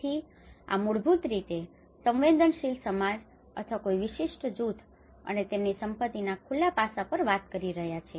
તેથી આ મૂળભૂત રીતે સંવેદનશીલ સમાજ અથવા કોઈ વિશિષ્ટ જૂથ અને તેમની સંપત્તિના ખુલ્લા પાસા પર વાત કરી રહ્યા છે